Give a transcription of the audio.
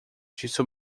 disse